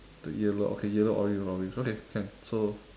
the yellow okay yellow orange yellow orange okay can so